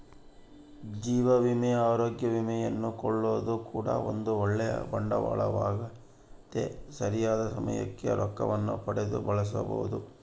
ಜೀವ ವಿಮೆ, ಅರೋಗ್ಯ ವಿಮೆಯನ್ನು ಕೊಳ್ಳೊದು ಕೂಡ ಒಂದು ಓಳ್ಳೆ ಬಂಡವಾಳವಾಗೆತೆ, ಸರಿಯಾದ ಸಮಯಕ್ಕೆ ರೊಕ್ಕವನ್ನು ಪಡೆದು ಬಳಸಬೊದು